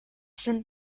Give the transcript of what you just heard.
sind